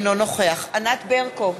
אינו נוכח ענת ברקו,